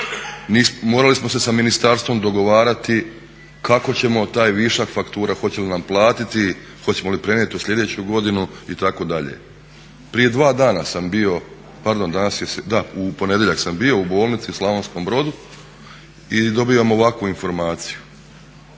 morali smo se sa ministarstvom dogovarati kako ćemo taj višak faktura, hoće li nam platiti, hoćemo li prenijeti u slijedeću godinu itd. Prije dva dana sam bio, pardon danas je srijeda, da u ponedjeljak sam bio u bolnici u Slavonskom Brodu i dobivam ovakvu informaciju: